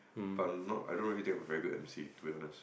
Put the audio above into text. but I'm not I don't really think I'm a very good emcee to be honest